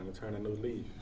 um turn a new leaf.